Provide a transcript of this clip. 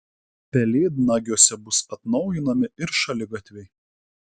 pelėdnagiuose bus atnaujinami ir šaligatviai